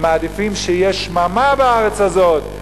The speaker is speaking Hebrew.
הם מעדיפים שתהיה שממה בארץ הזאת,